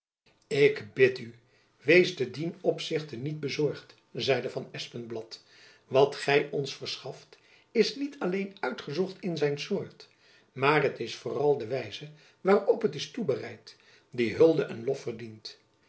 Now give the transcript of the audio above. ik bid u wees te dien opzichte niet bezorgd zeide van espenblad wat gy ons verschaft is niet alleen uitgezocht in zijn soort maar het is vooral de wijze waarop het is toebereid die hulde en lof verdient